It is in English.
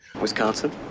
Wisconsin